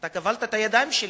אתה כבלת את הידיים שלי.